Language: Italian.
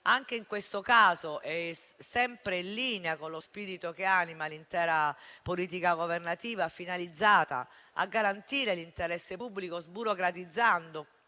Anche in questo caso e sempre in linea con lo spirito che anima l'intera politica governativa, finalizzata a garantire l'interesse pubblico sburocratizzando